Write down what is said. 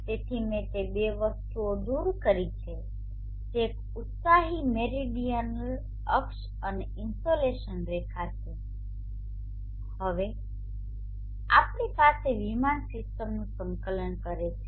તેથી મેં તે બે વસ્તુઓ દૂર કરી છે જે એક ઉત્સાહીમેરીડીઅનલ અક્ષ અને ઇનસોલેશન રેખા છે અને હવે આપણી પાસે વિમાન સિસ્ટમનું સંકલન કરે છે